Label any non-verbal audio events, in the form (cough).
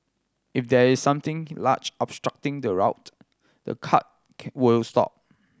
if there is something large obstructing the route the cart (unintelligible) will stop